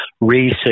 research